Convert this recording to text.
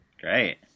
Great